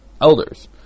elders